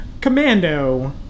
commando